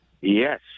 yes